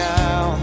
now